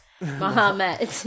Muhammad